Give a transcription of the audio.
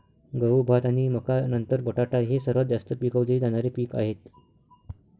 गहू, भात आणि मका नंतर बटाटा हे सर्वात जास्त पिकवले जाणारे पीक आहे